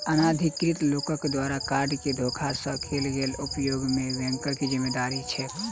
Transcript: अनाधिकृत लोकक द्वारा कार्ड केँ धोखा सँ कैल गेल उपयोग मे बैंकक की जिम्मेवारी छैक?